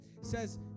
says